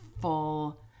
full